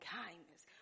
kindness